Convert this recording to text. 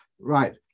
Right